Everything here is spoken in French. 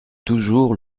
toujours